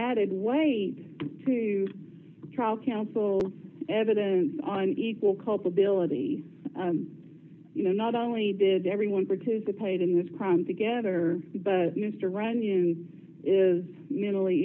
added weight to trial counsel evidence on equal culpability you know not only did everyone participate in this crime together but used to runyon is mentally